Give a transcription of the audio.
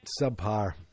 subpar